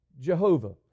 Jehovah